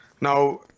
Now